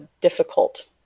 difficult